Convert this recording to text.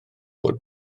bod